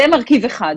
זה מרכיב אחד.